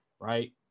right